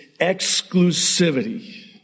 exclusivity